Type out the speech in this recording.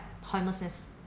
Homelessness